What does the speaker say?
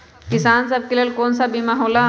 किसान सब के लेल कौन कौन सा बीमा होला?